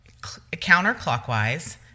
counterclockwise